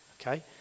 okay